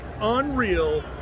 unreal